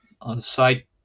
on-site